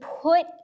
put